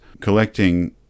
collecting